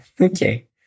Okay